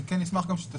אני כן אשמח גם שתוסיפו,